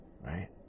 right